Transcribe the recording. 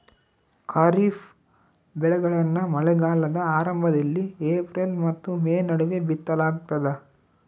ಖಾರಿಫ್ ಬೆಳೆಗಳನ್ನ ಮಳೆಗಾಲದ ಆರಂಭದಲ್ಲಿ ಏಪ್ರಿಲ್ ಮತ್ತು ಮೇ ನಡುವೆ ಬಿತ್ತಲಾಗ್ತದ